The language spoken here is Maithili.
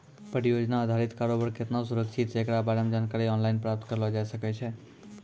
परियोजना अधारित कारोबार केतना सुरक्षित छै एकरा बारे मे जानकारी आनलाइन प्राप्त करलो जाय सकै छै